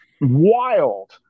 wild